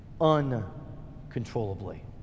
uncontrollably